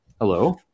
Hello